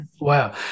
Wow